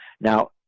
Now